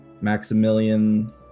Maximilian